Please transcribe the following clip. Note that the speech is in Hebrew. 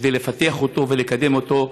כדי לפתח אותו ולקדם אותו,